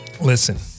listen